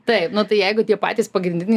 taip nu tai jeigu tie patys pagrindiniai